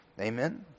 Amen